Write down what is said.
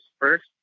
first